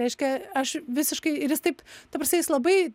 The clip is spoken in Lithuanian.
reiškia aš visiškai ir jis taip ta prasme jis labai